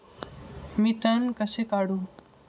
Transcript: मी तण कसे काढू?